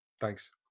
Thanks